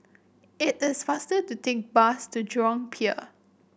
it is faster to take bus to Jurong Pier